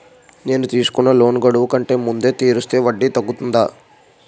నేను తీసుకున్న లోన్ గడువు కంటే ముందే తీర్చేస్తే వడ్డీ తగ్గుతుందా?